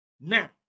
now